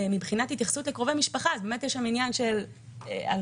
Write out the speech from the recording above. מבחינת התייחסות לקרובי משפחה יש שם עניין של הלוויה